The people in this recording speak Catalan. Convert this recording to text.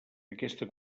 aquesta